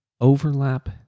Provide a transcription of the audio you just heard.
Overlap